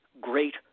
great